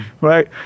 right